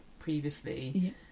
previously